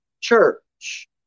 church